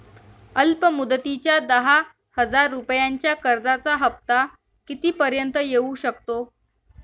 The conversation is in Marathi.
अल्प मुदतीच्या दहा हजार रुपयांच्या कर्जाचा हफ्ता किती पर्यंत येवू शकतो?